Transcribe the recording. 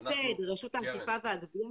יתד, רשות האכיפה והגבייה.